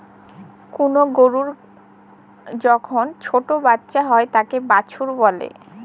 কোনো গরুর যখন ছোটো বাচ্চা হয় তাকে বাছুর বলে